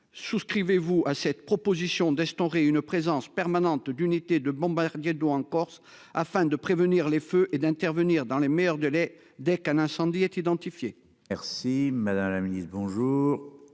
Souscrivez-vous à cette proposition d'instaurer une présence permanente d'unités de bombardiers d'eau en Corse afin de prévenir les feux et d'intervenir dans les meilleurs délais. Dès qu'un incendie est identifié.